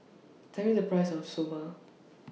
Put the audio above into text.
Tell Me The Price of Soba